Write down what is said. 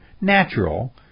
natural